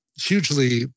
hugely